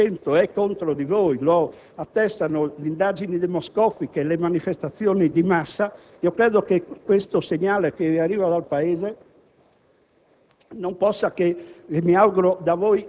l'intero Paese contro di voi: il 70 per cento del Paese è contro di voi, lo attestano le indagini demoscopiche e le manifestazioni di massa. Credo che il segnale che arriva dal Paese